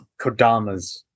kodamas